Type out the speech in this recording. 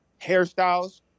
hairstyles